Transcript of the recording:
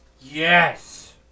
Yes